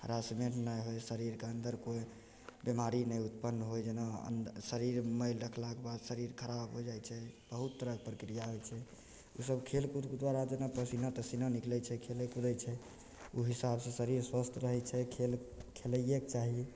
harassment नहि होइ शरीरके अन्दर कोइ बीमारी नहि उत्पन्न होइ जेना शरीरमे मैल रखलाके बाद शरीर खराब हो जाइ छै बहुत तरहक प्रक्रिया होइ छै उ सब खेल कूदके द्वारा जेना पसीना तसीना निकलय छै खेलय कुदय छै ओइ हिसाबसँ शरीर स्वस्थ रहय छै खेल खेलयेके चाही